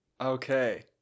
Okay